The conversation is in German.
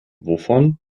wovon